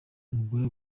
umugore